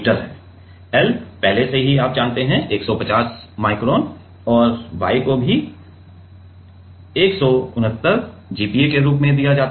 तो और L पहले से ही आप 150 माइक्रोन जानते हैं और y को भी 169 G P a के रूप में दिया जाता है